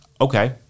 Okay